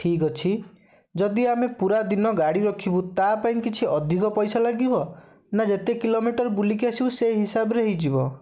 ଠିକ୍ ଅଛି ଯଦି ଆମେ ପୁରାଦିନ ଗାଡ଼ି ରଖିବୁ ତା'ପାଇଁ କିଛି ଅଧିକ ପଇସା ଲାଗିବ ନା ଯେତେ କିଲୋମିଟର ବୁଲିକି ଆସିବୁ ସେଇ ହିସାବରେ ହେଇଯିବ